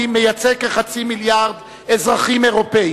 מייצג כחצי מיליארד אזרחים אירופים